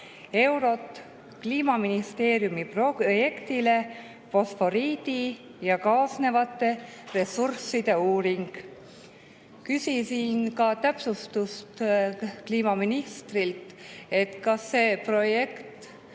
eurot Kliimaministeeriumi projektile "Fosforiidi ja kaasnevate ressursside uuring". Küsisin täpsustust kliimaministrilt, kas see projekt